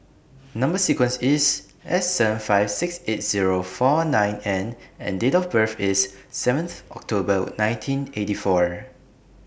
Number sequence IS S seven five six eight Zero four nine N and Date of birth IS seventh October nineteen eighty four